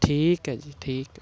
ਠੀਕ ਹੈ ਜੀ ਠੀਕ ਹੈ